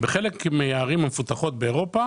בחלק מן הערים המפותחות באירופה